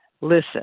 listen